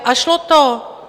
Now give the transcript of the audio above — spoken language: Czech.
A šlo to?